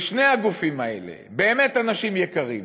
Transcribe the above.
בשני הגופים האלה, באמת אנשים יקרים.